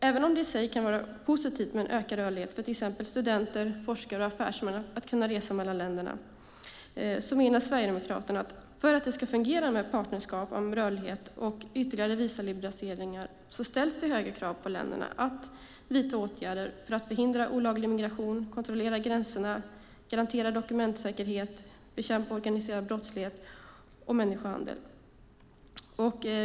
Även om det i sig kan vara positivt med ökad rörlighet så att till exempel studenter, forskare och affärsmän kan resa mellan länderna menar Sverigedemokraterna att det för att det ska fungera med partnerskap för rörlighet och ytterligare visaliberaliseringar behövs höga krav på länderna att vidta åtgärder för att förhindra olaglig migration, kontrollera gränserna, garantera dokumentsäkerhet samt bekämpa organiserad brottslighet och människohandel.